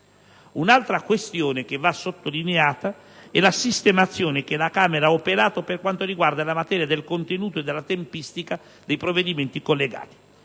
Un'altra questione che va sottolineata è la sistemazione che la Camera ha operato per quanto riguarda il contenuto e la tempistica dei provvedimenti collegati.